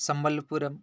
सम्बल्पुरम्